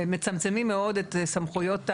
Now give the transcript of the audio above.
מצמצים מאוד את סמכויות השרים,